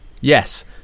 Yes